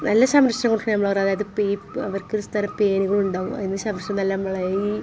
നല്ല സംരക്ഷണം കൊടുക്കാൻ നമ്മൾ അവരെ അതായത് പേപ്പ അവർക്ക് ഒരു തരം പേനുകൾ ഉണ്ടാവും അതിന് സംരക്ഷിച്ച് നമ്മളെ ഈ